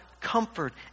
comfort